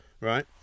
right